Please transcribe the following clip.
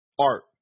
Art